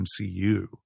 MCU